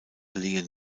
lehen